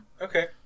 Okay